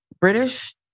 British